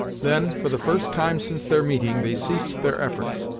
then, for the first time since their meeting, they ceased their efforts.